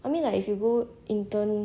I mean like if you go intern